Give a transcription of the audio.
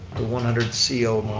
the one hundred so